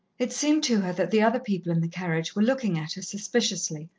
it seemed to her that the other people in the carriage were looking at her suspiciously,